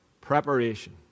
Preparation